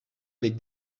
avec